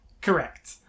correct